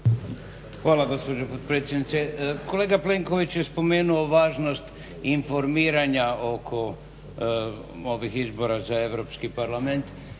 Hvala gospođo potpredsjednice. Kolega Plenković je spomenuo važnost informiranja oko ovih izbora za Europski parlament